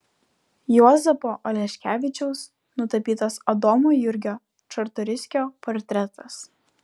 juozapo oleškevičiaus nutapytas adomo jurgio čartoriskio portretas